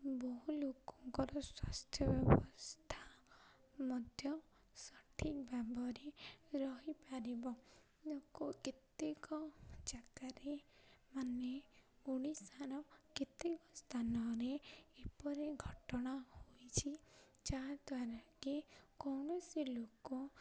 ବହୁ ଲୋକଙ୍କର ସ୍ୱାସ୍ଥ୍ୟ ବ୍ୟବସ୍ଥା ମଧ୍ୟ ସଠିକ୍ ଭାବରେ ରହିପାରିବ ଲୋକ କେତେକ ଜାଗାରେ ମାନେ ଓଡ଼ିଶାର କେତେକ ସ୍ଥାନରେ ଏପରି ଘଟଣା ହୋଇଛି ଯାହାଦ୍ୱାରା କି କୌଣସି ଲୋକ